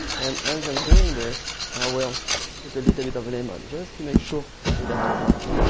and as i'm doing this i will put a little bit of lemon, just to make sure it doesn't brown.